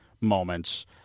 moments